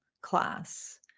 class